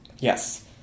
Yes